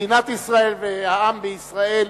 מדינת ישראל והעם בישראל.